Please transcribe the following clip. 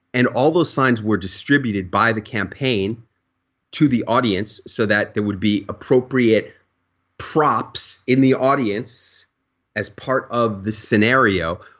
and all those signs were distributed by the campaign to the audience so that there would be appropriate props in the audience as part of the scenario.